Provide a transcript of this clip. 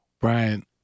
Brian